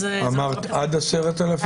אמרת עד 10,000?